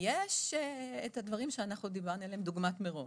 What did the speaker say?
ויש את הדברים דוגמת מירון,